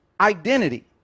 Identity